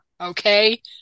Okay